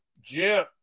Jim